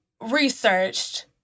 researched